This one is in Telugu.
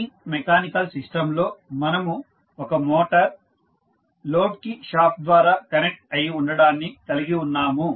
ఈ మెకానికల్ సిస్టంలో మనము ఒక మోటార్ లోడ్ కి షాఫ్ట్ ద్వారా కనెక్ట్ అయి ఉండడాన్ని కలిగి ఉన్నాము